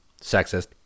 sexist